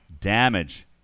damage